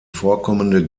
vorkommende